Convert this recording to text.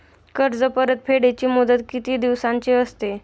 कर्ज परतफेडीची मुदत किती दिवसांची असते?